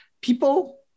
people